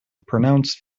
pronounced